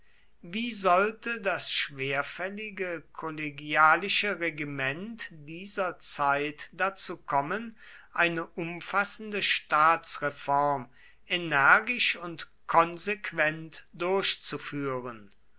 wie sollte das schwerfällige kollegialische regiment dieser zeit dazu kommen eine umfassende staatsreform energisch und konsequent durchzuführen